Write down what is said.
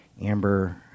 Amber